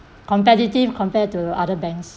competitive compared to other banks